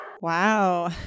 Wow